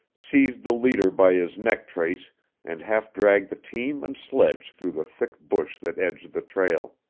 seized the leader by his neck-trace and half dragged the team and sledge through the thick bush that edged the trail.